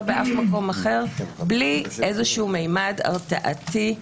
באף מקום אחר בלי איזשהו ממד הרתעתי,